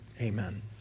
amen